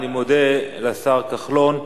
אני מודה לשר כחלון.